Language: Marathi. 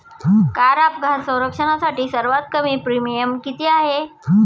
कार अपघात संरक्षणासाठी सर्वात कमी प्रीमियम किती आहे?